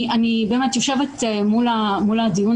אני יושבת מול הדיון